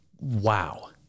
wow